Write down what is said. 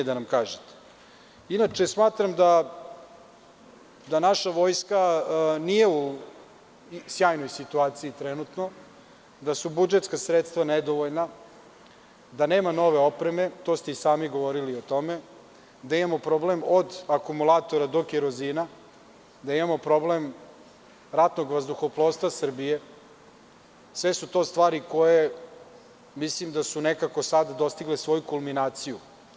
Inače, smatram da naša vojska nije u sjajnoj situaciji, trenutno, da su budžetska sredstva nedovoljna, da nema nove opreme i to ste i sami govorili, da imamo problem od akumulatora do kerozina, da imamo problem ratnog vazduhoplovstva Srbije i sve su to stvari koje su dostigle svoju kulminaciju.